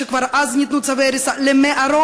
כבר אז ניתנו צווי הריסה למערות.